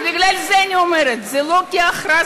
ובגלל זה אני אומרת, זה לא כהכרזה,